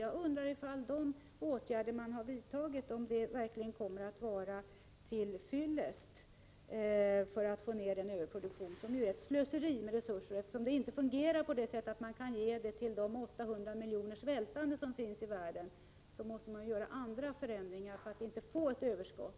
Jag undrar om de åtgärder som har vidtagits verkligen kommer att vara till fyllest för att vi skall få ner nuvarande överproduktion, som är ett slöseri med resurser. Eftersom vi inte kan ge överskottet till de 800 miljoner svältande som finns i världen, måste vi göra förändringar, så att vi inte får ett överskott.